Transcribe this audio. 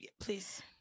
Please